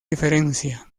diferencia